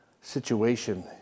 situation